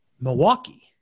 Milwaukee